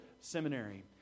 seminary